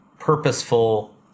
purposeful